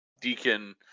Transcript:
Deacon